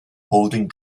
holding